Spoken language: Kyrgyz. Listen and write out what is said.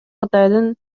кытайдын